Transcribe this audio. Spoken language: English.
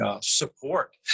Support